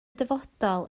dyfodol